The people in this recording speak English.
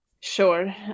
Sure